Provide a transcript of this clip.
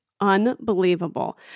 Unbelievable